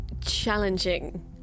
challenging